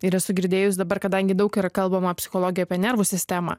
ir esu girdėjus dabar kadangi daug yra kalbama psichologijoj apie nervų sistemą